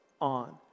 on